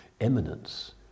eminence